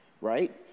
right